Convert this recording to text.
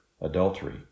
adultery